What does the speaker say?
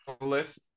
list